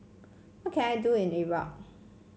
what can I do in Iraq